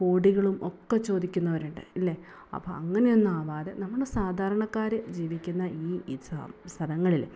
കോടികളും ഒക്കെ ചോദിക്കുന്നവരുണ്ട് ഇല്ലേ അപ്പം അങ്ങനെ ഒന്ന് ആകാതെ നമ്മൾ സാധാരണക്കാർ ജീവിക്കുന്ന ഈ സ്ഥലങ്ങളിൽ